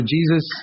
Jesus